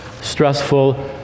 stressful